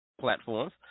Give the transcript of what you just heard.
platforms